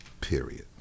period